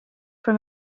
from